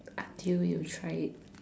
until you tried it